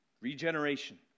Regeneration